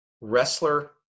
wrestler